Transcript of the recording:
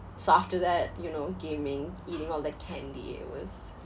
so after that you know gaming eating all the candy it was